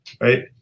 right